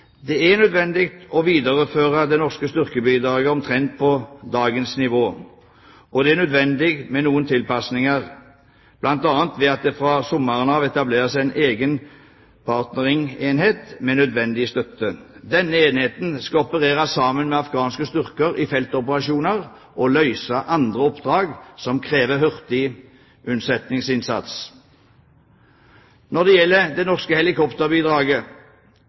Det er nødvendig å videreføre det norske styrkebidraget omtrent på dagens nivå, men med noen tilpasninger, bl.a. ved at det fra sommeren av etableres en egen partneringenhet med nødvendig støtte. Denne enheten skal operere sammen med afghanske styrker i feltoperasjoner og løse andre oppdrag som krever hurtig unnsetningsinnsats. Når det gjelder det norske helikopterbidraget,